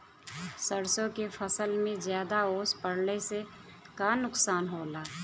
सरसों के फसल मे ज्यादा ओस पड़ले से का नुकसान होला?